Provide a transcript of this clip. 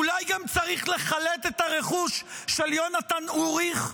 אולי גם צריך לחלט את הרכוש של יונתן אוריך,